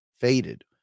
faded